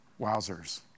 wowzers